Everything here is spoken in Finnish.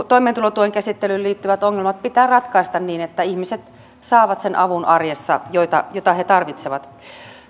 toimeentulotuen käsittelyyn liittyvät ongelmat pitää ratkaista niin että ihmiset saavat arjessa sen avun jota he tarvitsevat